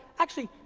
actually,